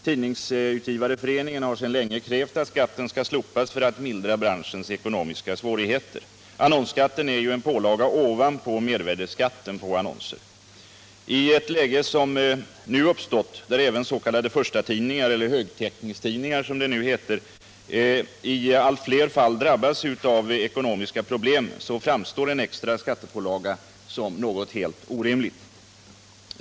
Tidningsutgivareföreningen har sedan länge krävt att skatten skall slopas för att mildra branschens ekonomiska svårigheter. Annonsskatten är ju en pålaga ovanpå mervärdeskatten på annonser. I det läge som nu uppstått, där även s.k. förstatidningar — eller högtäckningstidningar som de numera kallas — i allt fler fall drabbas av ekonomiska problem, framstår en extra skattepålaga som något helt orimligt.